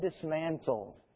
dismantled